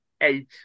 eight